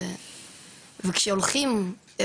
וכל פעם כשהלכנו ראיתי